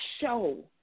show